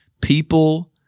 People